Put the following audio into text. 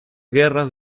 guerras